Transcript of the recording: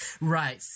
right